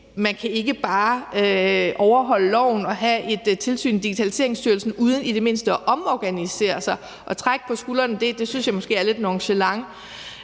at man ikke bare kan overholde loven og have et tilsyn i Digitaliseringsstyrelsen uden i det mindste at omorganisere sig, synes jeg måske er lidt nonchalant.